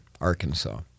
Arkansas